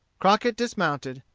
crockett dismounted,